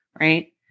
right